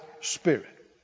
spirit